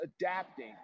adapting